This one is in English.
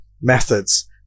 methods